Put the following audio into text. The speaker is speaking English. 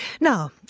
Now